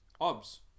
obs